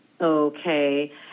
Okay